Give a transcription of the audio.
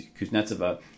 Kuznetsova